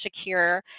secure